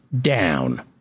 down